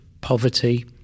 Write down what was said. poverty